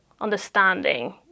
understanding